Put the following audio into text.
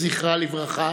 זכרה לברכה,